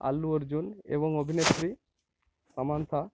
আল্লু অর্জুন এবং অভিনেত্রী সামান্থা